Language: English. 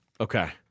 Okay